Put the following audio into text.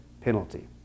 penalty